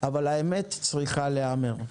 אבל האמת צריכה להיאמר.